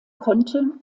konnte